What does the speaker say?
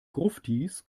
gruftis